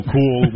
Cool